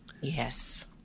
Yes